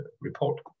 report